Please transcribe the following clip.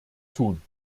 tun